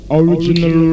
original